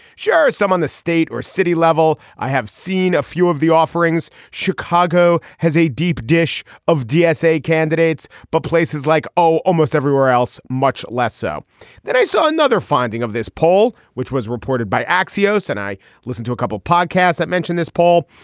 share some of the state or city level i have seen a few of the offerings. chicago has a deep dish of dsa candidates but places like oh almost everywhere else much less so than i saw another finding of this poll which was reported by oxytocin i listen to a couple of podcasts that mentioned this paul.